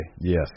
Yes